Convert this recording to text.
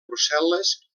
brussel·les